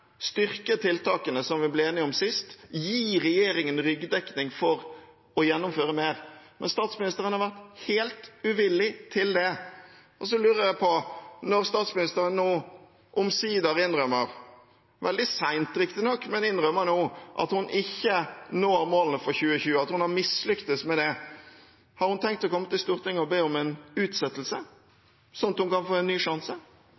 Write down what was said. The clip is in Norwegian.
styrke tiltakene som vi ble enige om sist, og gi regjeringen ryggdekning for å gjennomføre mer. Men statsministeren har vært helt uvillig til det. Jeg lurer på: Når statsministeren nå omsider innrømmer – veldig sent, riktignok – at hun ikke når målene for 2020, at hun har mislyktes med det, har hun tenkt til å komme til Stortinget og be om en utsettelse, slik at hun kan få en ny sjanse?